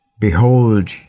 Behold